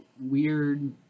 weird